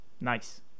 nice